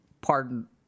pardon